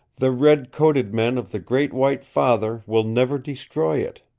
the red coated men of the great white father will never destroy it.